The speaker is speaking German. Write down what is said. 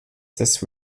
des